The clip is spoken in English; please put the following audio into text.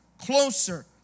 Closer